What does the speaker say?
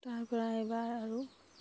তাৰপৰা এবাৰ আৰু